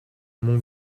mon